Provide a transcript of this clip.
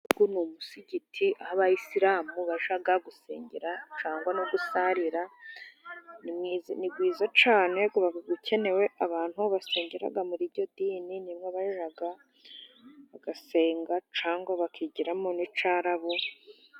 Uyu ni umusigiti aho abayisilamu bajya gusengera cyangwa no gusarira. Ni mwiza cyane uba ukenewe abantu basengera muri iryo dini ni mo bajya, bagasenga cyangwa bakigiramo n'Icyarabu.